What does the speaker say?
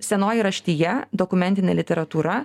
senoji raštija dokumentinė literatūra